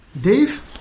Dave